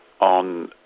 on